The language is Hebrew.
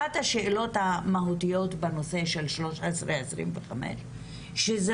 אחת השאלות המהותיות בנושא של 1325 שזאת